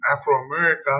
Afro-America